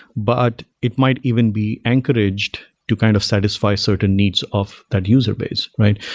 but it might even be anchoraged to kind of satisfy certain needs of that user base, right?